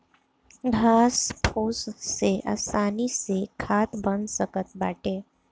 घास फूस से आसानी से खाद बन सकत बाटे